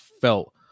felt